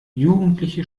jugendliche